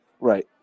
Right